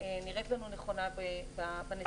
שנראית לנו נכונה בנתונים האלה.